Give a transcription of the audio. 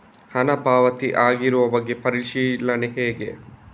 ಹಣ ಪಾವತಿ ಆಗಿರುವ ಬಗ್ಗೆ ಪರಿಶೀಲನೆ ಹೇಗೆ?